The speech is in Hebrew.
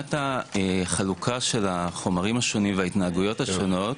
מבחינת החלוקה של החומרים השונים וההתנהגויות השונות